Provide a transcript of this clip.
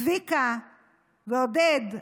צביקה ועודד,